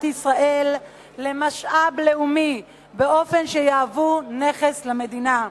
ישראל למשאב לאומי באופן שיהוו נכס למדינה.